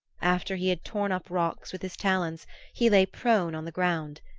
after he had torn up rocks with his talons he lay prone on the ground,